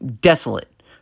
desolate